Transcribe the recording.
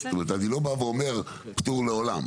זאת אומרת אני לא בא ואומר "פטור לעולם",